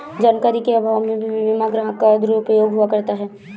जानकारी के अभाव में भी बीमा ग्राहक का दुरुपयोग हुआ करता है